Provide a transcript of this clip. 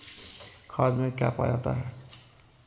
खाद में क्या पाया जाता है?